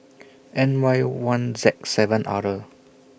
N Y one Z seven R